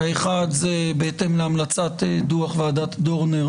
האחד הוא בהתאם להמלצת דוח ועדת דורנר